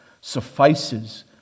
suffices